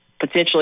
potentially